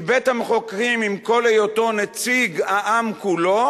כי בית-המחוקקים עם כל היותו נציג העם כולו,